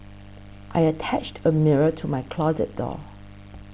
I attached a mirror to my closet door